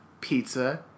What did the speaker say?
Pizza